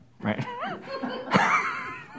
Right